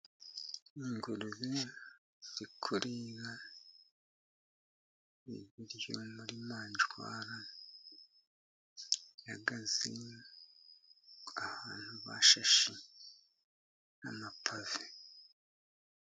Ingurube iri kurira ibiryo muri manjwari , ihagaze ahantu bashashe amapave.